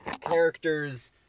characters